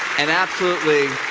an absolutely